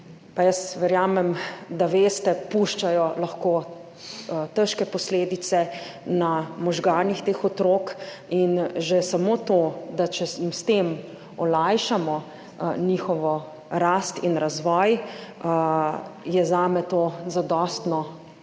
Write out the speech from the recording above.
jaz verjamem, da veste, puščajo lahko težke posledice na možganih teh otrok. In že samo to, da če jim s tem olajšamo njihovo rast in razvoj je zame to zadosten